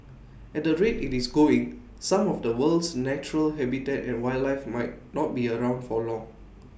at the rate IT is going some of the world's natural habitat and wildlife might not be around for long